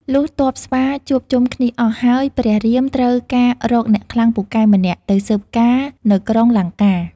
លុះទ័ពស្វាជួបជុំគ្នាអស់ ហើយព្រះរាមត្រូវការរកអ្នកខ្លាំងពូកែម្នាក់ ទៅស៊ើបការណ៍នៅក្រុងលង្កា។